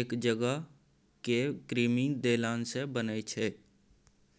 एक जगह जमा कए कृमि देलासँ बनै छै